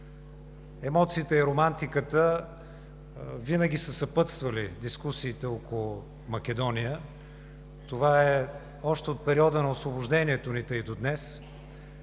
Емоциите и романтиката винаги са съпътствали дискусиите около Македония. Това е още от периода на Освобождението ни, та и до днес.